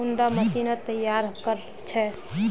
कुंडा मशीनोत तैयार कोर छै?